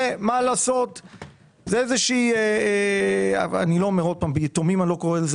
זאת איזושהי - ביתומים אני לא קורא לזה